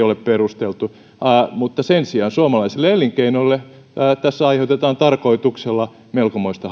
ole perusteltu mutta sen sijaan suomalaisille elinkeinoille tässä aiheutetaan tarkoituksella melkomoista